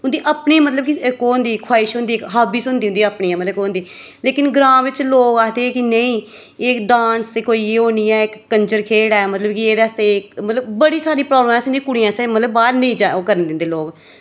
उं'दी अपनी मतलब कि इक ओह् होंदी ख्वाइश होंदी इक होब्बिस होंदी उं'दी अपनी मतलब ओ होंदी लेकिन ग्रां बिच लोक आखदे की नेईं ए डांस कोई ओह् नेईं ऐ इक कंजर खेढ ऐ मतलब कि एह्दे आस्तै इक मतलब बड़ी सारी प्राब्लम असें नि कुड़ियें आस्तै मतलब की बाह्र नि जान ओ करन दिंदे लोक